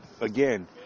Again